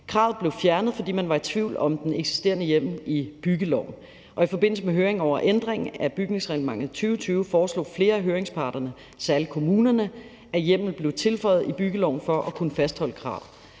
Kravet blev fjernet, fordi man var i tvivl om den eksisterende hjemmel i byggeloven. I forbindelse med høringen over ændringen af bygningsreglementet i 2020 foreslog flere af høringsparterne, særlig kommunerne, at hjemmelen blev tilføjet i byggeloven for at kunne fastholde kravet.